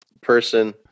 person